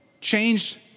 changed